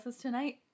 tonight